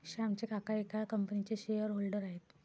श्यामचे काका एका कंपनीचे शेअर होल्डर आहेत